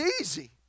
easy